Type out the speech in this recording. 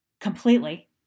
completely